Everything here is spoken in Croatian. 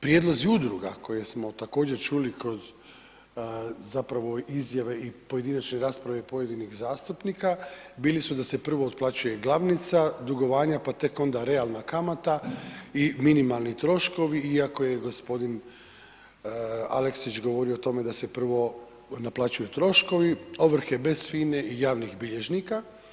Prijedlozi udruga koje smo također čuli kroz zapravo izjave i pojedinačne rasprave pojedinih zastupnika, bili su da se prvo otplaćuje glavnica dugovanja, pa tek onda realna kamata i minimalni troškovi, iako je g. Aleksić govorio o tome da se prvo naplaćuju troškovi ovrhe bez FINA-e i javnih bilježnika.